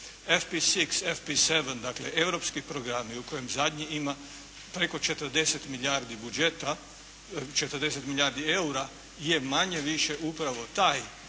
FP6, FP7, dakle europski programi u kojem zadnji ima preko 40 milijardi budžeta, 40 milijardi eura je manje-više upravo taj i građen